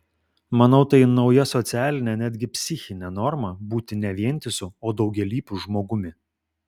manau tai nauja socialinė netgi psichinė norma būti ne vientisu o daugialypiu žmogumi